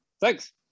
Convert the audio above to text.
Thanks